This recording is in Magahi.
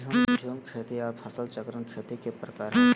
झूम खेती आर फसल चक्रण खेती के प्रकार हय